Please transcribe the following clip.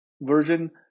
version